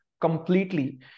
completely